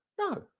No